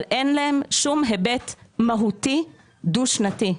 אבל אין להם שום היבט מהותי דו שנתי.